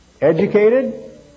educated